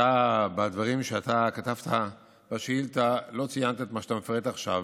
בדברים שאתה כתבת בשאילתה לא ציינת את מה שאתה מפרט עכשיו.